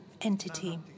entity